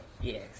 Yes